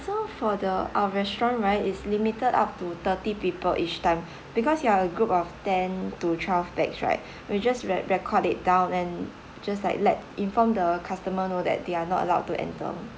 so for the our restaurant right it's limited up to thirty people each time because you are a group of ten to twelve pax right you just rec~ record it down and just like let inform the customer know that they are not allowed to enter